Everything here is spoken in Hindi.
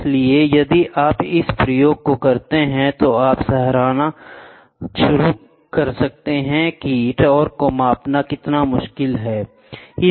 इसलिए यदि आप इस प्रयोग को करते हैं तो आप सराहना करना शुरू कर देंगे कि टार्क को मापना कितना मुश्किल है